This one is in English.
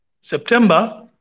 September